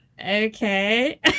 Okay